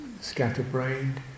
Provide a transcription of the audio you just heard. scatterbrained